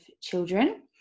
children